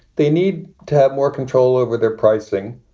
they need to have more control over their pricing.